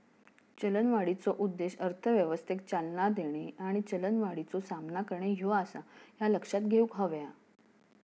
चलनवाढीचो उद्देश अर्थव्यवस्थेक चालना देणे आणि चलनवाढीचो सामना करणे ह्यो आसा, ह्या लक्षात घेऊक हव्या